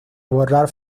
borrar